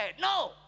No